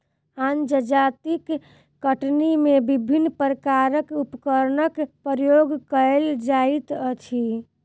आन जजातिक कटनी मे विभिन्न प्रकारक उपकरणक प्रयोग कएल जाइत अछि